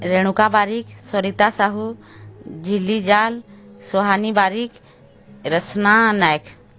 Renuka Barik Sarita Sahu Jhilli Jal Suhani Barik Reshma Nayak